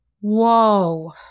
whoa